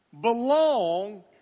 belong